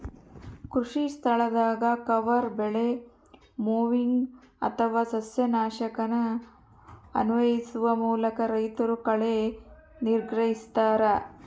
ಕೃಷಿಸ್ಥಳದಾಗ ಕವರ್ ಬೆಳೆ ಮೊವಿಂಗ್ ಅಥವಾ ಸಸ್ಯನಾಶಕನ ಅನ್ವಯಿಸುವ ಮೂಲಕ ರೈತರು ಕಳೆ ನಿಗ್ರಹಿಸ್ತರ